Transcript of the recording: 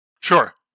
Sure